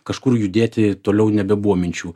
kažkur judėti toliau nebebuvo minčių